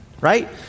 right